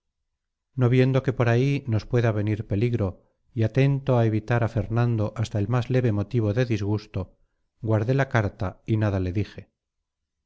no viendo que por ahí nos pueda venir peligro y atento a evitar a fernando hasta el más leve motivo de disgusto guardé la carta y nada le dije